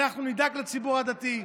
אנחנו נדאג לציבור הדתי,